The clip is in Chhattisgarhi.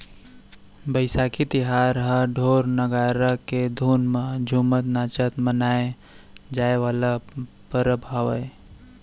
बइसाखी तिहार ह ढोर, नंगारा के धुन म झुमत नाचत मनाए जाए वाला परब हरय